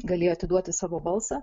galėjo atiduoti savo balsą